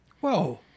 Whoa